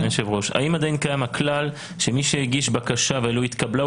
האם עדיין קיים הכלל שמי שהגיש בקשה והיא לא התקבלה,